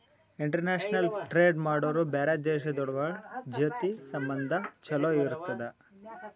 international trade ಮಾಡುರ್ ಬ್ಯಾರೆ ದೇಶಗೋಳ್ ಜೊತಿ ಸಂಬಂಧ ಛಲೋ ಇರ್ತುದ್